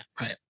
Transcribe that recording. right